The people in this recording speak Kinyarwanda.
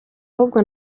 ahubwo